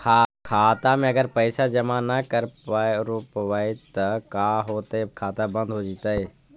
खाता मे अगर पैसा जमा न कर रोपबै त का होतै खाता बन्द हो जैतै?